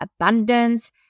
abundance